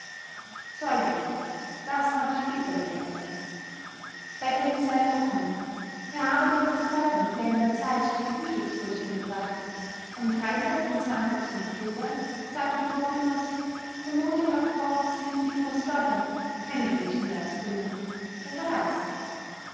zeuge das habe ich später gehört bäckergeselle hoffmann er habe dem oberstleutnant längere zeit die frühstücksbrötchen gebracht am freitag den oktober sagte frau blömers von montag ab brauchen sie für den oberstleutnant keine brötchen mehr zu bringen er verreist